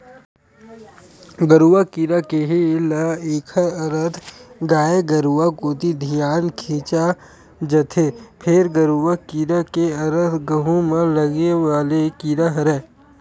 गरुआ कीरा केहे ल एखर अरथ गाय गरुवा कोती धियान खिंचा जथे, फेर गरूआ कीरा के अरथ गहूँ म लगे वाले कीरा हरय